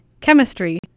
chemistry